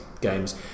games